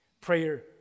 Prayer